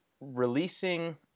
releasing